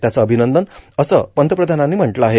त्याचं अभिनंदन असं पंतप्रधानांनी म्हट्लं आहे